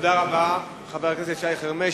תודה רבה, חבר הכנסת שי חרמש.